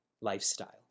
lifestyle